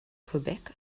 quebec